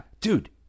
dude